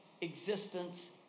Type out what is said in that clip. existence